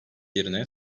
yerine